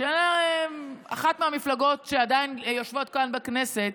מאחת המפלגות שעדיין יושבות כאן בכנסת